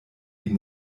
die